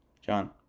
John